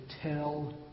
tell